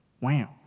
wow